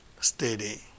steady